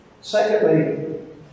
Secondly